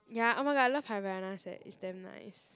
ya oh my god I love Havaianas eh it's damn nice